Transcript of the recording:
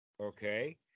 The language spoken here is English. Okay